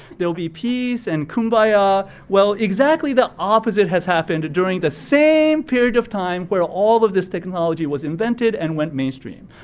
there will be peace and kumbaya. ah well, exactly the opposite has happened during the same period of time where all of this technology was invented and went mainstream.